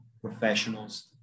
professionals